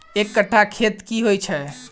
एक कट्ठा खेत की होइ छै?